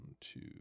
two